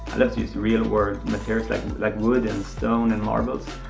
love to use real-world materials like like wood and stone and marbles.